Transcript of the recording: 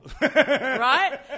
Right